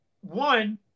one